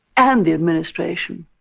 and the administration?